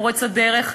פורץ הדרך,